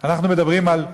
אנחנו מדברים על ירושלים,